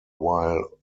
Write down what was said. while